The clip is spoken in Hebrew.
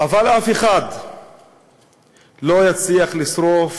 אבל אף אחד לא יצליח לשרוף